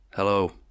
Hello